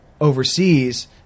overseas –